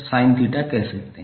sin𝜃 कह सकते हैं